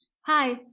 Hi